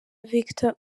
victor